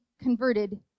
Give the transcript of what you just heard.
converted